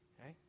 okay